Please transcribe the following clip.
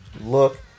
look